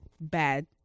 bad